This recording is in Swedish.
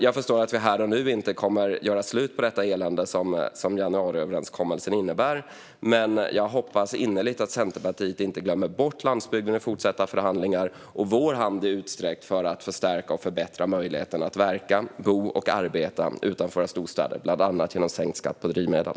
Jag förstår att vi här och nu inte kommer att göra slut på det elände som januariöverenskommelsen innebär, men jag hoppas innerligt att Centerpartiet inte glömmer bort landsbygden i fortsatta förhandlingar. Vår hand är utsträckt för att förstärka och förbättra möjligheten att verka, bo och arbeta utanför våra storstäder, bland annat genom sänkt skatt på drivmedel.